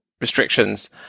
restrictions